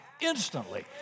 instantly